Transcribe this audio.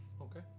Okay